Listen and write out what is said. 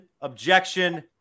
Objection